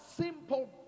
simple